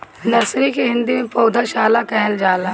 nursery के हिंदी में पौधशाला कहल जाला